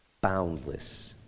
boundless